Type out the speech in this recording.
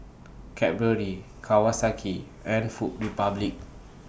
Cadbury Kawasaki and Food Republic